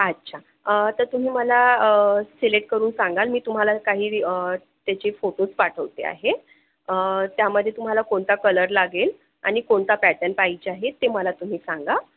अच्छा तर तुम्ही मला सिलेक्ट करून सांगाल मी तुम्हाला काही त्याचे फोटोस पाठवते आहे त्यामध्ये तुम्हाला कोणता कलर लागेल आणि कोणता पॅटर्न पाहिजे आहे ते मला तुम्ही सांगा